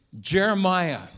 Jeremiah